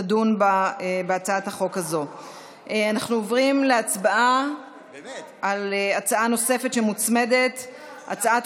אנחנו עוברים להצבעה על הצעה נוספת שמוצמדת: הצעת